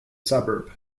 suburb